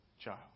child